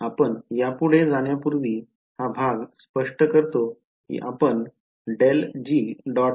आपण यापुढे जाण्यापूर्वी हा भाग स्पष्ट करतो की आपण ∇g